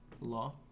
law